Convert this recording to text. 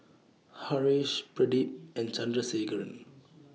Haresh Pradip and Chandrasekaran